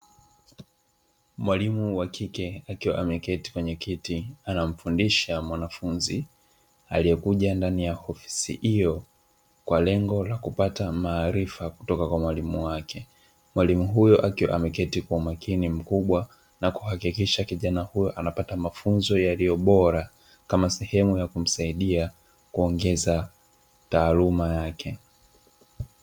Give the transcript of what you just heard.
Mwalimu wa kike akiwa ameketi kwenye kiti, anamfundisha mwanafunzi aliyekuja ndani ya ofisi hiyo, kwa lengo la kupata maarifa kutoka kwa mwalimu wake, mwalimu huyo akiwa ameketi kwa umakini mkubwa na kuhakikisha kijana huyo anapata mafunzo yaliyo bora, kama sehemu ya kumsaidia kuongeza taaluma yake.